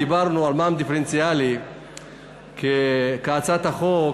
דיברנו על מע"מ דיפרנציאלי כהצעת החוק,